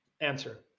answer